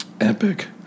Epic